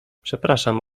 przepraszam